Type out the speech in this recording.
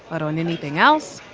but on anything else?